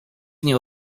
nie